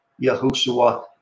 Yahushua